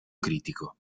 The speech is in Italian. critico